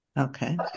Okay